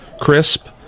crisp